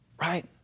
Right